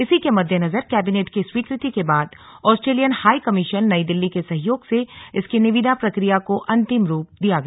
इसी के मद्देनजर कैबिनेट की स्वीकृति के बाद Australian high commission New Delhi के सहयोग से इसकी निविदा प्रक्रिया को अन्तिम रूप दिया गया